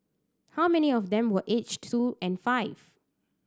how many of them were aged two and five